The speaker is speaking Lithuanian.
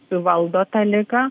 suvaldo tą ligą